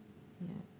ya